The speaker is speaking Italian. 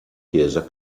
chiesa